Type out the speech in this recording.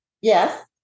Yes